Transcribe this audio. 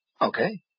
Okay